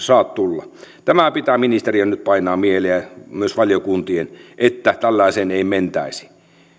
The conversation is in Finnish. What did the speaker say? saa tulla tämä pitää ministerien nyt painaa mieleen ja myös valiokuntien että tällaiseen ei mentäisi